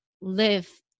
live